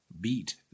Beat